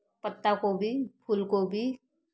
पत्ता कोबी फूल कोबी